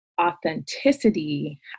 authenticity